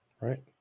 right